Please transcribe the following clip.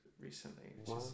Recently